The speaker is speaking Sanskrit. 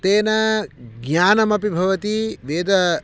तेन ज्ञानम् अपि भवति वेद